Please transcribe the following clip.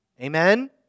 Amen